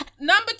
Number